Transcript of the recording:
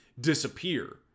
disappear